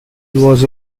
was